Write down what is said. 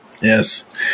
Yes